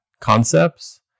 concepts